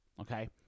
Okay